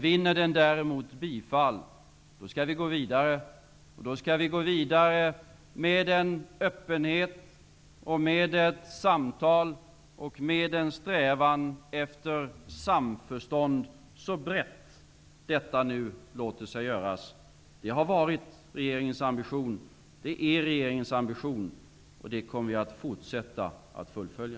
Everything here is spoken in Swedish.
Vinner den däremot bifall skall vi gå vidare med en öppenhet, med ett samtal och med en strävan efter samförstånd, så brett detta nu låter sig göras. Det har varit regeringens ambition, och det är regeringens ambition, och det kommer vi att fortsätta att fullfölja.